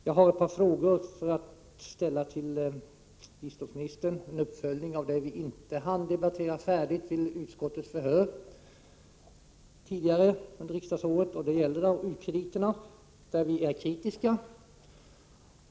Jag har ett par frågor till biståndsministern, som är en uppföljning av det vi inte hann debattera färdigt vid utskottsförhöret tidigare i år. Jag vill bl.a. ta upp u-krediterna, en punkt där vi är kritiska.